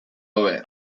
hobe